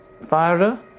fire